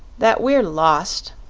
that we're lost!